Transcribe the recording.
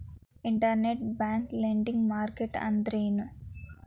Internet bank lending market ಅಂದ್ರೇನು?